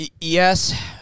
yes